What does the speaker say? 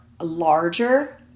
larger